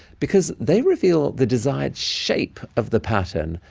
because they reveal the desired shape of the pattern,